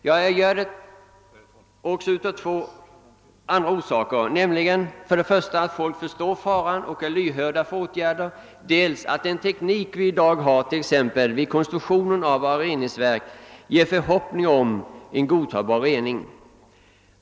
Jag gör det av två orsaker: dels förstår folk faran och inser nödvändigheten av att åtgärder vidtas, dels inger dagens teknik i fråga om konstruktion av reningsverk hopp om godtagbar rening.